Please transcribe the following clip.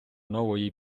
нової